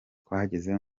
twageze